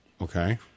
Okay